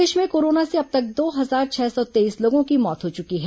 प्रदेश में कोरोना से अब तक दो हजार छह सौ तेईस लोगों की मौत हो चुकी है